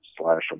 slash